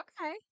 okay